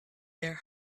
their